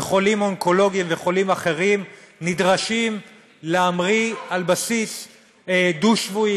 וחולים אונקולוגיים וחולים אחרים נדרשים להמריא על בסיס דו-שבועי,